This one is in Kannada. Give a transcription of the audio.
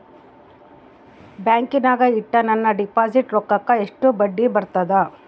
ಬ್ಯಾಂಕಿನಾಗ ಇಟ್ಟ ನನ್ನ ಡಿಪಾಸಿಟ್ ರೊಕ್ಕಕ್ಕ ಎಷ್ಟು ಬಡ್ಡಿ ಬರ್ತದ?